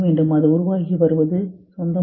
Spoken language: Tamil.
அது உருவாகி வருவது சொந்தமானது